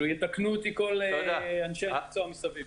יתקנו אותי כל אנשי המקצוע מסביב.